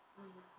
mm